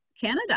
Canada